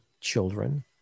children